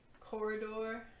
corridor